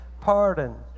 pardon